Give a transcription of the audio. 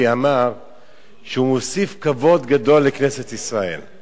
אמר שהוא מוסיף כבוד גדול לכנסת ישראל.